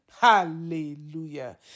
Hallelujah